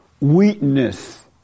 weakness